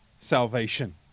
salvation